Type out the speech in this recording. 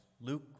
Luke